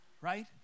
right